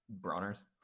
Bronners